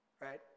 right